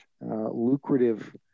lucrative